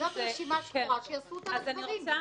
זו רשימה שחורה, שיעשו אותה לגברים.